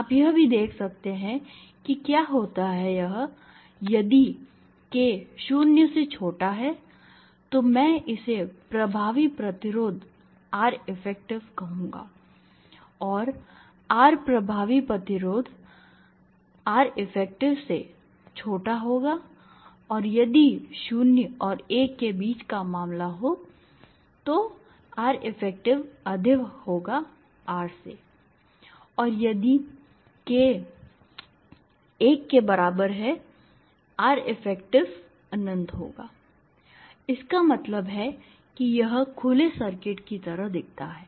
आप यह भी देख सकते हैं कि क्या होता है यह यदि k 0 से छोटा है तो मैं इसे प्रभावी प्रतिरोध Reffective कहूँगा और R प्रभावी प्रतिरोध Reffective से छोटा होगा और यदि 0 और 1 के बीच का मामला हो तो Reffective अधिक होगा R से और यदि k 1 Reffective प्रभावी प्रतिरोध अनंत होगा इसका मतलब है कि यह खुले सर्किट की तरह दिखता है